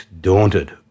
daunted